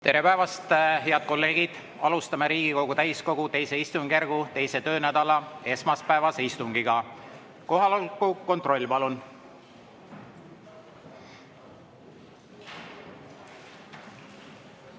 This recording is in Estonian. Tere päevast, head kolleegid! Alustame Riigikogu täiskogu II istungjärgu 2. töönädala esmaspäevast istungit. Kohaloleku kontroll, palun!